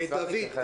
דוד,